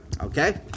okay